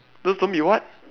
just don't be what